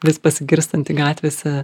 vis pasigirstantį gatvėse